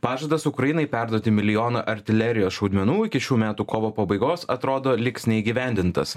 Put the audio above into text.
pažadas ukrainai perduoti milijoną artilerijos šaudmenų iki šių metų kovo pabaigos atrodo liks neįgyvendintas